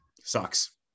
Sucks